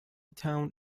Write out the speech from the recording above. town